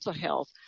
health